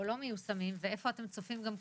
או לא מיושמים ואיפה אתם צופים גם קושי.